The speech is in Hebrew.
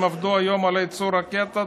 הם עבדו היום על ייצור רקטות,